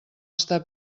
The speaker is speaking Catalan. està